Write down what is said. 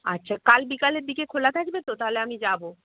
আচ্ছা কাল বিকেলের দিকে খোলা থাকবে তো তাহলে আমি যাব